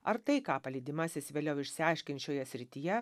ar tai ką palydimasis vėliau išsiaiškins šioje srityje